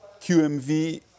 QMV